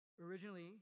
Originally